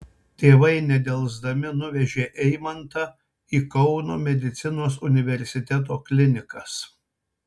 tėvai nedelsdami nuvežė eimantą į kauno medicinos universiteto klinikas